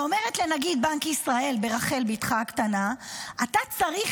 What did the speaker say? היא אומרת לנגיד בנק ישראל: ברחל בתך הקטנה אתה צריך